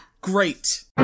Great